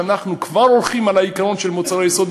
למה כשאנחנו כבר הולכים על העיקרון של מוצרי יסוד,